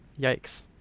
Yikes